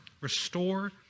restore